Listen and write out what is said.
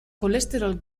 kolesterol